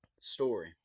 story